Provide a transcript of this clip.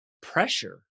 pressure